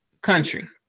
country